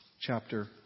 chapter